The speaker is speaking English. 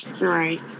Right